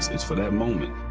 it's for that moment,